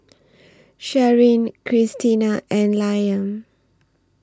Sharyn Krystina and Liam